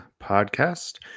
podcast